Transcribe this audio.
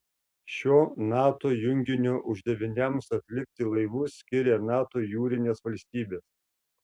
šio nato junginio uždaviniams atlikti laivus skiria nato jūrinės valstybės